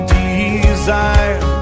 desire